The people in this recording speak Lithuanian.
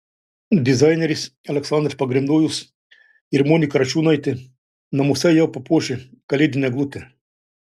dizaineris aleksandras pogrebnojus ir monika račiūnaitė namuose jau papuošė kalėdinę eglutę